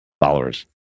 followers